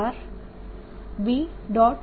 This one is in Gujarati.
A